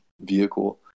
vehicle